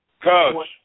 Coach